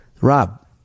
Rob